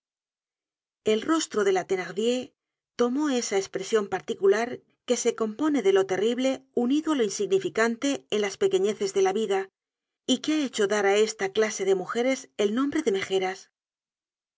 el rostro de la thenardier tomó esa espresion particular que se compone de lo terrible unido á lo insignificante en las pequeñeces de la vida y que ha hecho dar á esta clase de mujeres el nombre de